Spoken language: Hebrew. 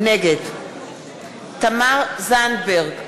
נגד תמר זנדברג,